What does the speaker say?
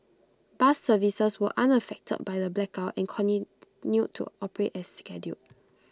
bus services were unaffected by the blackout and continued to operate as scheduled